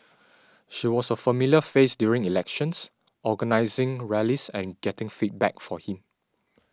she was a familiar face during elections organising rallies and getting feedback for him